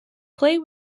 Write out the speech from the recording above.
play